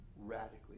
radically